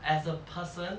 as a person